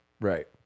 Right